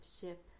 ship